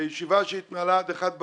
בישיבה שהתנהלה עד אחת בלילה,